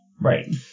right